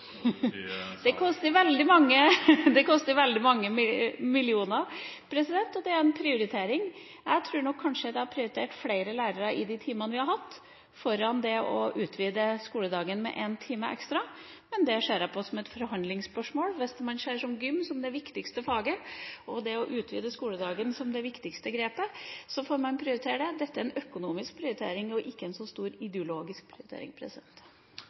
millioner, president, og det er en prioritering. Jeg tror nok kanskje at jeg hadde prioritert flere lærere innen de timene vi har, framfor å utvide skoledagen med en time ekstra, men det ser jeg på som et forhandlingsspørsmål. Hvis man ser gym som det viktigste faget og det å utvide skoledagen som det viktigste grepet, får man prioritere det. Dette er en økonomisk prioritering og ikke en så stor ideologisk prioritering.